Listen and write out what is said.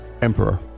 emperor